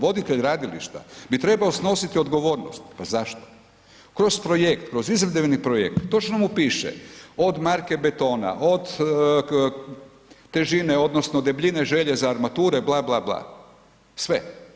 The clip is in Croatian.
Voditelj gradilišta bi trebao snositi odgovornost, pa zašto, kroz projekt, kroz izvedbeni projekt točno mu piše od marke betona, od težine odnosno debljine željeza armature bla, bla, bla, sve.